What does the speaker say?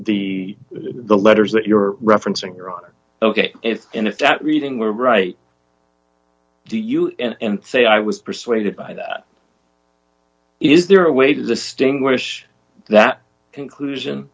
the the letters that you're referencing your honor ok if and if that reading were right do you say i was persuaded by that is there a way to distinguish that conclusion